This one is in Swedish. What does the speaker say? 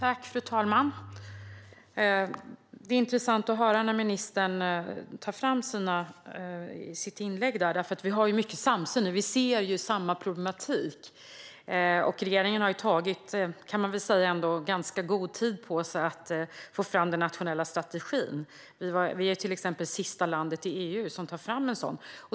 Fru talman! Det är intressant att höra vad ministern tar upp i sina inlägg, för vi har ju mycket samsyn och ser samma problematik. Regeringen har ändå tagit, kan man väl säga, ganska god tid på sig att få fram den nationella strategin. Vi är till exempel det sista landet i EU som tar fram en sådan.